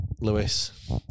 Lewis